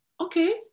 okay